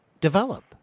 develop